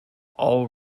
all